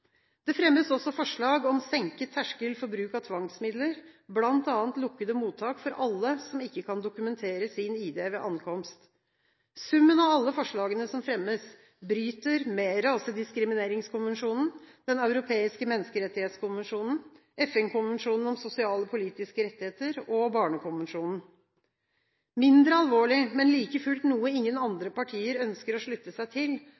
Det fremmes også forslag om senket terskel for bruk av tvangsmidler, bl.a. lukkede mottak for alle som ikke kan dokumentere sin ID ved ankomst. Summen av alle forslagene som fremmes, bryter med Rasediskrimineringskonvensjonen, Den europeiske menneskerettskonvensjon, FN-konvensjonen om sosiale og politiske rettigheter og Barnekonvensjonen. Mindre alvorlig, men like fullt noe ingen andre partier ønsker å slutte seg til,